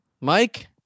Mike